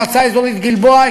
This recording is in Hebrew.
באזור מועצה אזורית גלבוע,